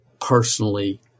personally